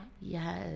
Yes